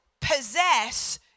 possess